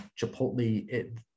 Chipotle